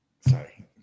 Sorry